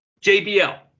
JBL